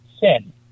sin